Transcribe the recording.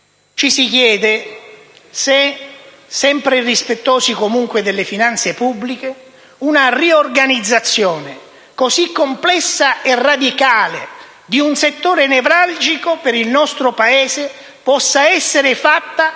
Ci si chiede se, sempre rispettosi comunque delle finanze pubbliche, una riorganizzazione così complessa e radicale di un settore nevralgico per il nostro Paese possa essere fatta